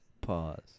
Pause